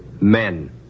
Men